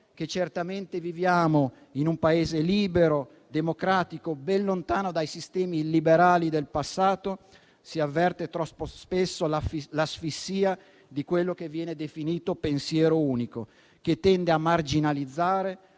che certamente viviamo in un Paese libero, democratico e ben lontano dai sistemi illiberali del passato, si avverte troppo spesso l'asfissia di quello che viene definito pensiero unico, che tende a marginalizzare,